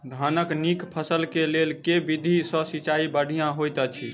धानक नीक फसल केँ लेल केँ विधि सँ सिंचाई बढ़िया होइत अछि?